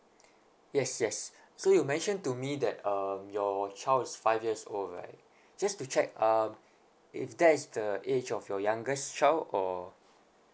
yes yes so you mentioned to me that um your child is five years old right just to check um if that is the age of your youngest child or